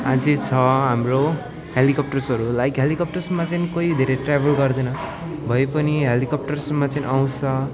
अझै छ हाम्रो हेलिकप्टर्सहरू लाइक हेलिकप्टर्समा चाहिँ कोही धेरै ट्र्याभल गर्दैन भए पनि हेलिकप्टर्समा चाहिँ आउँछ